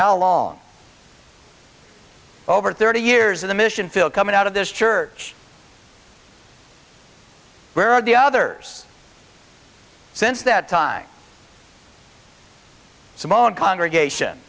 how long over thirty years in the mission field coming out of this church where are the others since that time simone congregation